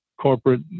corporate